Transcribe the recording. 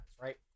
right